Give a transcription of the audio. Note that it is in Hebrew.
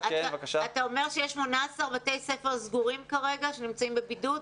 אומר שיש 18 בתי ספר שהם סגורים כרגע ושנמצאים בבידוד?